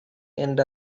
end